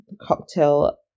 cocktail